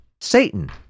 Satan